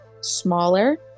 smaller